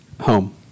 Home